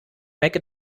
make